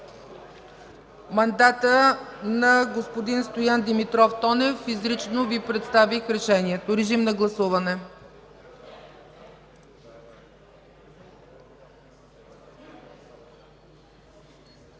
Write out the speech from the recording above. мандата на господин Стоян Димитров Тонев. Изрично Ви представих решението. Гласували